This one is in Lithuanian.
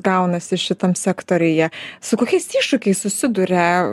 gaunasi šitam sektoriuje su kokiais iššūkiais susiduria